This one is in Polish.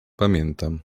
pamiętam